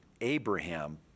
Abraham